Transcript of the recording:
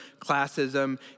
classism